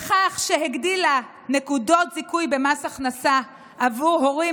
בכך שהוסיפה נקודות זיכוי במס הכנסה עבור הורים